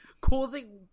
causing